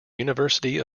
university